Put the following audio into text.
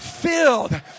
filled